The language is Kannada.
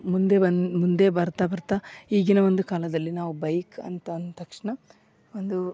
ಮುಂದೆ ಬಂದು ಮುಂದೆ ಬರ್ತಾ ಬರ್ತಾ ಈಗಿನ ಒಂದು ಕಾಲದಲ್ಲಿ ನಾವು ಬೈಕ್ ಅಂತ ಅಂದ ತಕ್ಷಣ ಒಂದು